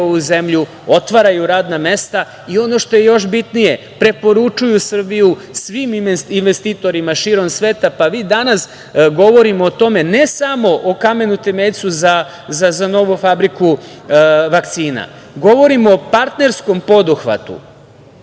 ovu zemlju, otvaraju radna mesta i ono što je još bitnije preporučuju Srbiju svim investitorima širom sveta. Danas govorimo o tome ne samo o kamenu temeljcu za novu fabriku vakcina, govorimo o partnerskom poduhvatu